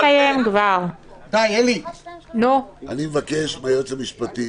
אני מבקש מהיועץ המשפטי,